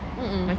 mmhmm